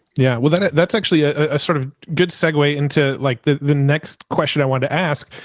yeah, well that, that's actually a ah sort of good segue into like the the next question i wanted to ask,